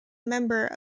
member